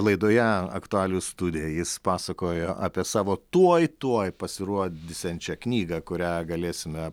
laidoje aktualijų studija jis pasakojo apie savo tuoj tuoj pasirodysiančią knygą kurią galėsime